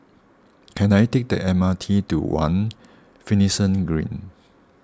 can I take the M R T to one Finlayson Green